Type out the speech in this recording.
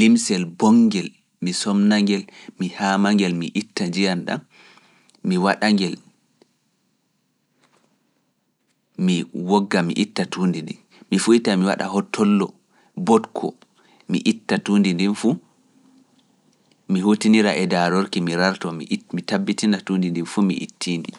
limsel mboŋngel, mi somna ngel, mi haama ngel, mi itta nji’an ɗan, mi waɗa ngel, mi wogga, mi itta tuundi ndi, mi fuyta, mi waɗa hotollo, mboɗko, mi itta tuundi ndin fu, mi hutinira e daarorki, mi rarto, mi tabitina tuundi ndi fu, mi itti ndi.